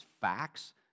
facts